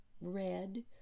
red